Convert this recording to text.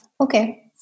Okay